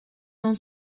n’en